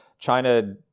China